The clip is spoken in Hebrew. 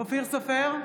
אופיר סופר,